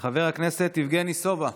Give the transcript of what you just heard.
חבר הכנסת יבגני, בבקשה,